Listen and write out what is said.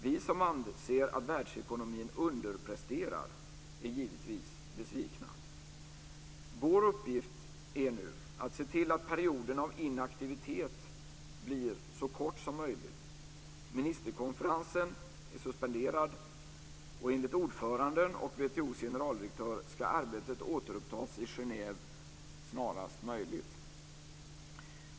Vi som anser att världsekonomin underpresterar är givetvis besvikna. Vår uppgift är nu att se till att perioden av inaktivitet blir så kort som möjligt. Ministerkonferensen är suspenderad. Enligt ordföranden och WTO:s generaldirektör ska arbetet återupptas i Genève snarast möjligt.